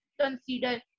consider